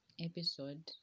episode